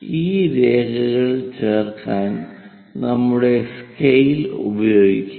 ഈ രേഖകൾ ചേർക്കാൻ നമ്മുടെ സ്കെയിൽ ഉപയോഗിക്കുക